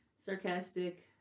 sarcastic